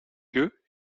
lieu